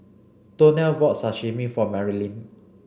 Donnell bought Sashimi for Marilynn